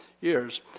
years